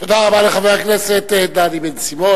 תודה רבה לחבר הכנסת דניאל בן-סימון.